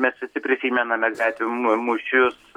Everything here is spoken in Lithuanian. mes visi prisimename gatvių mū mūšius